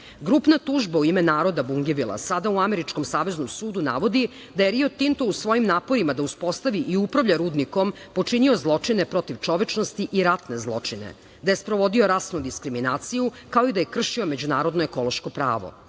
tužba u ime naroda Bungevila sada u američkom saveznom sudu navodi da je Rio Tinto u svojim naporima da uspostavi i upravlja rudnikom počinio zločine protiv čovečnosti i rane zločine, da je sprovodio rasnu diskriminaciju, kao i da je kršio međunarodno ekološko pravo.